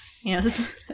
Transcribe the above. Yes